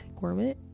Gourmet